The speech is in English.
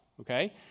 Okay